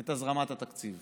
את הזרמת התקציב